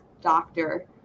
doctor